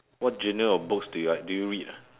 what genre of books do you like do you read ah